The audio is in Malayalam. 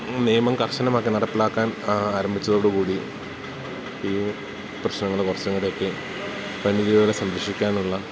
നിയമം കർഷനമാക്കി നടപ്പിലാക്കാൻ ആരംഭിച്ചതോടു കൂടി ഈ പ്രശ്നങ്ങൾ കുറച്ച് കൂടെയൊക്കെ വന്യ ജീവികളെ സംരക്ഷിക്കാനുള്ള